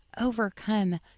overcome